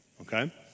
okay